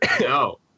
no